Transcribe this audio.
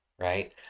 right